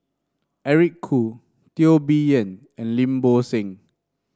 Eric Khoo Teo Bee Yen and Lim Bo Seng